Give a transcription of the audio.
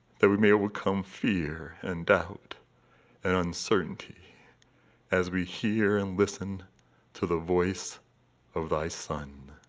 that we may overcome fear and doubt and uncertainty as we hear and listen to the voice of thy son,